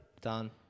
Done